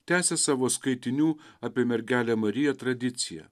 tęsia savo skaitinių apie mergelę mariją tradiciją